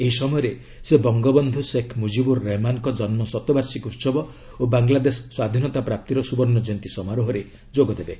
ଏହି ସମୟରେ ସେ ବଙ୍ଗବନ୍ଧୁ ଶେଖ୍ ମୁଜିବୁର୍ ରେହେମାନ୍ଙ୍କ ଜନ୍ମ ଶତବାର୍ଷିକୀ ଉହବ ଓ ବାଙ୍ଗଲାଦେଶ ସ୍ୱାଧୀନତା ପ୍ରାପ୍ତିର ସୁବର୍ଣ୍ଣ ଜୟନ୍ତୀ ସମାରୋହରେ ଯୋଗଦେବେ